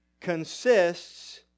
consists